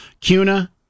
cuna